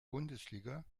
bundesliga